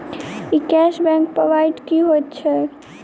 ई cash back point की होइत छैक?